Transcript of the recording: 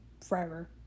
forever